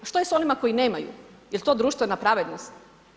A što je sa onima koji nemaju, je li to društvena pravednost?